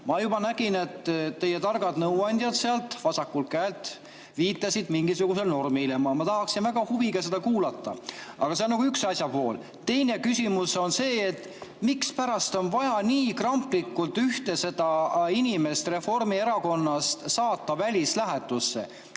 Ma juba nägin, et teie targad nõuandjad sealt vasakult käelt viitasid mingisugusele normile. Ma tahaksin väga huviga seda kuulata. Aga see on üks asja pool. Teine küsimus on see: mispärast on vaja nii kramplikult just seda ühte inimest Reformierakonnast saata välislähetusse?